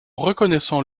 reconnaissant